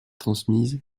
transmise